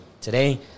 today